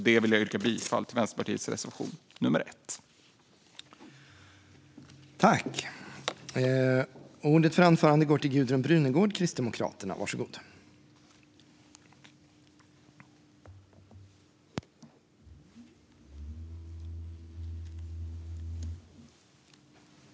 Jag vill yrka bifall till Vänsterpartiets reservation nummer 1.